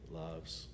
loves